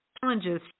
challenges